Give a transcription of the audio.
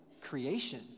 creation